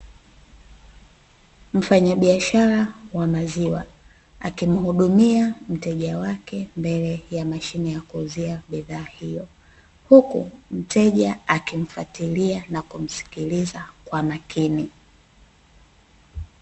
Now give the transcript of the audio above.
Mfanyabiashara wa maziwa, akimhudumia mteja wake mbele ya mashine ya kuuzia bidhaa hiyo, huku mteja akimfuatilia na kumsikiliza kwa makini.